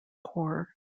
core